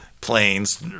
planes